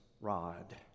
rod